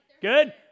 Good